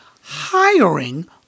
hiring